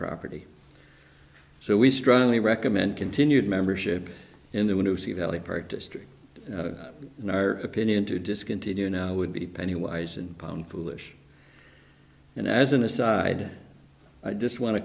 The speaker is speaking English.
property so we strongly recommend continued membership in the when you see valley park district in our opinion to discontinue now would be penny wise and pound foolish and as an aside i just want to